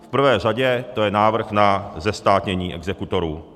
V prvé řadě to je návrh na zestátnění exekutorů.